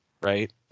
right